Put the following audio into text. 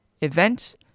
event